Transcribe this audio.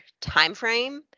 timeframe